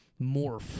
morph